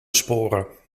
sporen